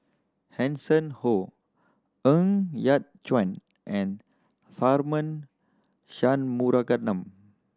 Hanson Ho Ng Yat Chuan and Tharman Shanmugaratnam